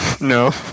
No